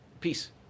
Peace